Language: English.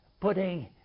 putting